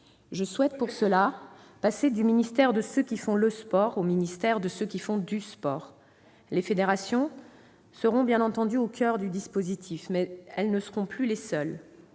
Je souhaite, pour cela, passer du « ministère de ceux qui font le sport » au « ministère de ceux qui font du sport ». Les fédérations seront, bien entendu, au coeur du dispositif, mais elles ne seront pas les seules.